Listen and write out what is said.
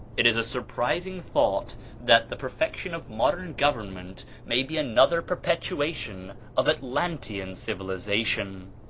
it is a surprising thought that the perfection of modern government may be another perpetuation of atlantean civilization.